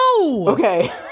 Okay